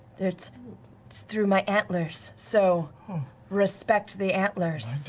it's through my antlers, so respect the antlers.